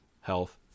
health